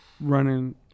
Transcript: running